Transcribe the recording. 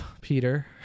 peter